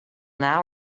now